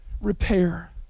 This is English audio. repair